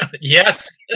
Yes